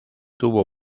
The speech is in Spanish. tuvo